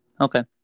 Okay